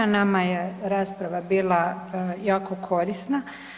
Nama je rasprava bila jako korisna.